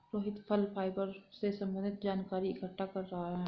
रोहित फल फाइबर से संबन्धित जानकारी इकट्ठा कर रहा है